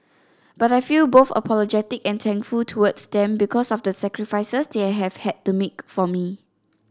but I feel both apologetic and thankful towards them because of the sacrifices they have had to make for me